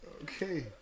Okay